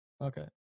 Okay